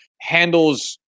handles